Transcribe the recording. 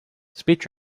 speech